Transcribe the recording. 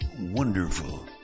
wonderful